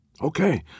okay